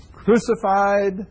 crucified